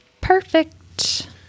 Perfect